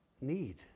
Need